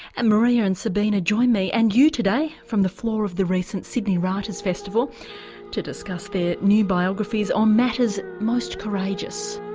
and maria and sabina join me and you today from the floor of the recent sydney writers' festival to discuss their new biographies on matters most courageous.